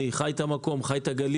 אני חי את המקום, חי את הגליל.